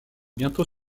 bientôt